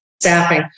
staffing